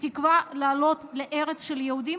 בתקווה לעלות לארץ של היהודים?